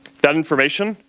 that information